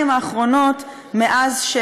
באמת,